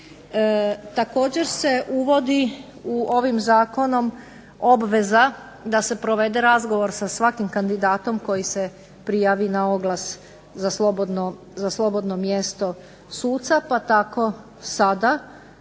Također se uvodi ovim zakonom obveza da se provede razgovor sa svakim kandidatom koji se prijavi na oglas za slobodno mjesto suca pa tako sada